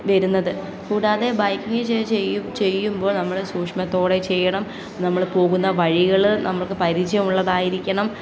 വരുന്നത് കൂടാതെ ബൈക്കിംഗ് ചെയ്യ ചെയ്യുമ്പോൾ നമ്മൾ സൂക്ഷ്മതയോടെ ചെയ്യണം നമ്മൾ പോകുന്ന വഴികൾ നമ്മൾക്ക് പരിചയം ഉള്ളതായിരിക്കണം